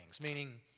meaning